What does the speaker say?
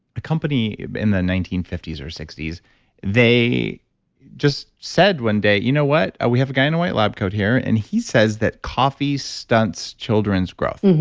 a company in the nineteen fifty s or sixty s they just said one day, you know what, we have a guy in a white lab coat here and he says that coffee stunts children's growth.